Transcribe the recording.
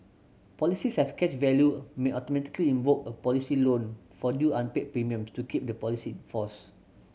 policies with cash value may automatically invoke a policy loan for due unpaid premium to keep the policy in force